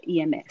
EMS